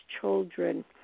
children